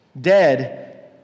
Dead